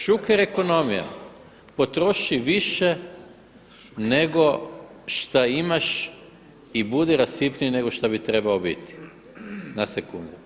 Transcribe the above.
Šuker ekonomija, potroši više, nego što imaš i budi rasipniji nego što bi trebao biti na sekundu.